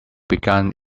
begun